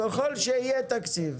ככל שיהיה תקציב.